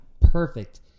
perfect